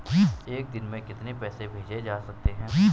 एक दिन में कितने पैसे भेजे जा सकते हैं?